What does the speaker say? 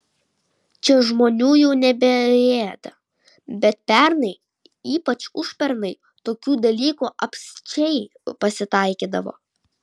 čia žmonių jau nebeėda bet pernai ypač užpernai tokių dalykų apsčiai pasitaikydavo